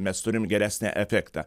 mes turim geresnį efektą